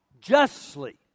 justly